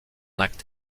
acte